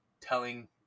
telling